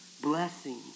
blessings